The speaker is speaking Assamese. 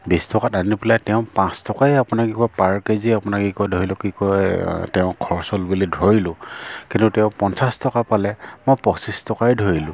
বিছ টকাত আনি পেলাই তেওঁ পাঁচ টকাই আপোনাৰ কি কয় পাৰ কেজি আপোনাৰ কি কয় ধৰি লওক কি কয় তেওঁৰ খৰচ হ'ল বুলি ধৰিলোঁ কিন্তু তেওঁ পঞ্চাছ টকা পালে মই পঁচিছ টকাই ধৰিলোঁ